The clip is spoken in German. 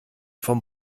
vom